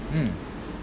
mm